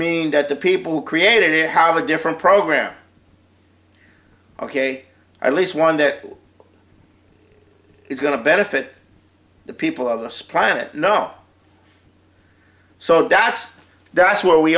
mean that the people who created it have a different program ok i lease one that is going to benefit the people of the spline it know so that's that's where we